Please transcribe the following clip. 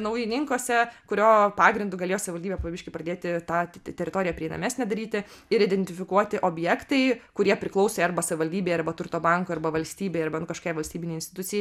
naujininkuose kurio pagrindu galėjo savivaldybė po biški pradėti tą teritoriją prieinamesnę daryti ir identifikuoti objektai kurie priklausė arba savivaldybei ar turto bankui arba valstybei arba nu kažkokiai valstybinei institucijai